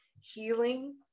healing